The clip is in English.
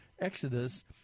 exodus